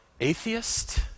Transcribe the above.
atheist